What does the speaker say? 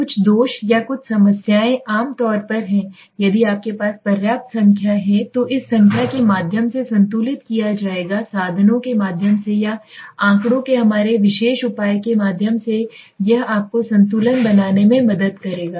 कुछ दोष या कुछ समस्याएं आम तौर पर हैं यदि आपके पास पर्याप्त संख्या है तो इस संख्या के माध्यम से संतुलित किया जाएगा साधनों के माध्यम से या आँकड़ों के हमारे विशेष उपाय के माध्यम से यह आपको संतुलन बनाने में मदद करेगा